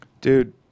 dude